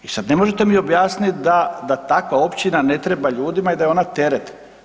I sad ne možete mi objasnit da, da takva općina ne treba ljudima i da je ona teret.